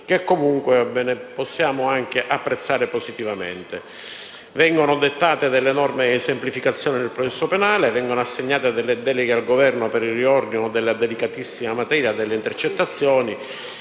la rapina, che possiamo anche apprezzare positivamente. Vengono dettate norme di semplificazione del processo penale. Vengono assegnate deleghe al Governo per il riordino della delicatissima materia delle intercettazioni